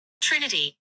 Trinity